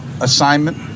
assignment